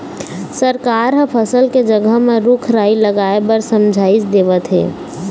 सरकार ह फसल के जघा म रूख राई लगाए बर समझाइस देवत हे